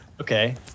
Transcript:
Okay